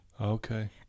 Okay